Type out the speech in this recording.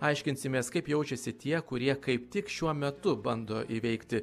aiškinsimės kaip jaučiasi tie kurie kaip tik šiuo metu bando įveikti